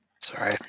Sorry